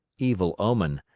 evil omen!